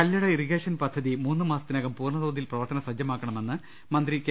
Kallada irrigation പദ്ധതി മൂന്നുമാസത്തിനകം പൂർണ്ണ തോതിൽ പ്രവർത്തനസജ്ജമാക്കണമെന്ന് മന്ത്രി കെ